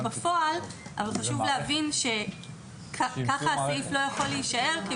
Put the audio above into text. בפועל אבל חשוב להבין שכך הסעיף לא יכול להישאר.